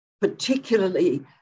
particularly